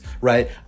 right